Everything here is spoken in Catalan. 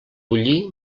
bullir